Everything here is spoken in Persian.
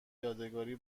یادگاری